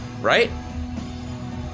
right